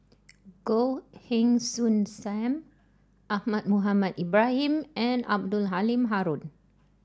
Goh Heng Soon Sam Ahmad Mohamed Ibrahim and Abdul Halim Haron